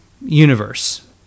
universe